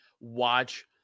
watch